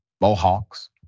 mohawks